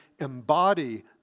embody